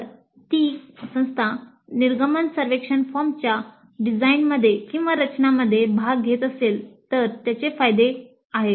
जर ती संस्था निर्गमन सर्वेक्षण फॉर्मच्या डिझाइनमध्ये भाग घेत असेल तर त्याचे काही फायदे आहेत